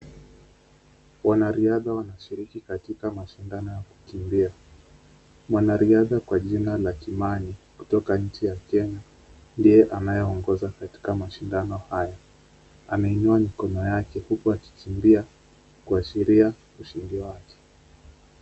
Wanariadha wanashiriki katika mashindano ya kukimbia. Mwanariadha kwa jina la Kimani kutoka nchi ya Kenya ndiye anayeongoza katika mashindano haya. Ameinua mikono yake huku akikimbia kuashiria ushindi wake.